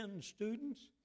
students